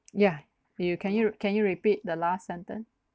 ya you can you can you repeat the last sentence